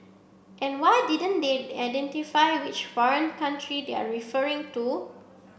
and why didn't they identify which foreign country they're referring to